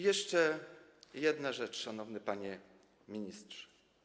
Jeszcze jedna rzecz, szanowny panie ministrze.